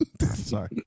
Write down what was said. Sorry